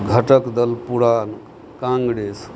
घटक दल पुरान काँग्रेस